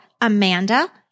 Amanda